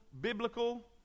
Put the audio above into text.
biblical